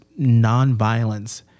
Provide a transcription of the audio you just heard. nonviolence